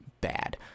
bad